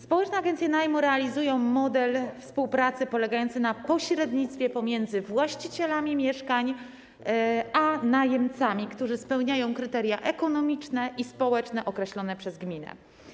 Społeczne agencje najmu realizują model współpracy polegający na pośrednictwie pomiędzy właścicielami mieszkań a najemcami, którzy spełniają kryteria ekonomiczne i społeczne określone przez gminę.